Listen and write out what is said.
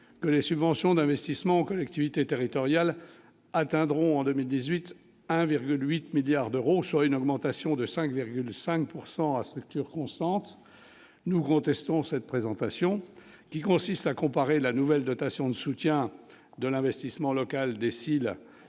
que les subventions d'investissement aux collectivités territoriales atteindront en 2018, 1,8 milliards d'euros, soit une augmentation de 5,5 pourcent à structure constante, nous contestons cette présentation qui consiste à comparer la nouvelle dotation de soutien de l'investissement local décide